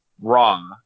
Raw